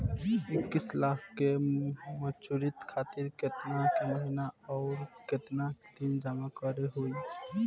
इक्कीस लाख के मचुरिती खातिर केतना के महीना आउरकेतना दिन जमा करे के होई?